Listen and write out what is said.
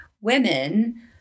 women